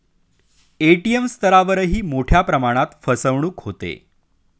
ATM स्तरावरही मोठ्या प्रमाणात फसवणूक होते